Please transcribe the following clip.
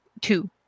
two